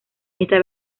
esta